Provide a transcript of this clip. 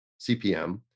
CPM